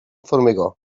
formigó